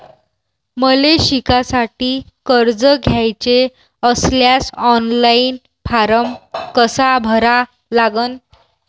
मले शिकासाठी कर्ज घ्याचे असल्यास ऑनलाईन फारम कसा भरा लागन?